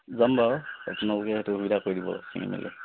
যাম বাৰু আপোনালোকে সেইটো সুবিধা কৰি দিব